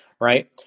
right